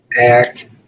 act